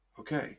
Okay